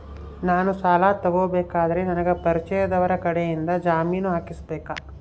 ನಾನು ಸಾಲ ತಗೋಬೇಕಾದರೆ ನನಗ ಪರಿಚಯದವರ ಕಡೆಯಿಂದ ಜಾಮೇನು ಹಾಕಿಸಬೇಕಾ?